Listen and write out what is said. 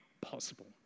possible